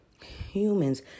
humans